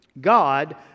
God